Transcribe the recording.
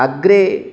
अग्रे